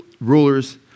rulers